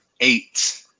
Eight